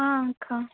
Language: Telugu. అక్కా